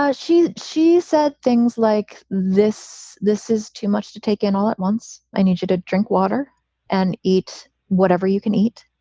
ah she. she said things like this. this is too much to take in all at once. i need you to drink water and eat whatever you can eat.